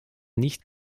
nicht